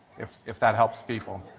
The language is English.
if if that helps people.